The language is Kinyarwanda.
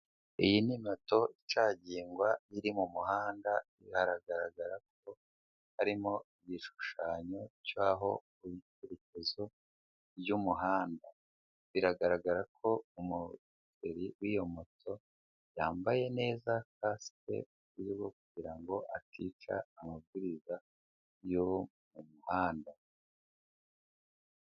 Iyi ni moto icagingwa iri mu muhanda. Bigaragara ko harimo igishushanyo cy'icyerekezo ry'umuhanda. Biragaragara ko umushoferi w'iyo moto yambaye neza kasike kugira ngo atica amabwiriza yo mu muhanda.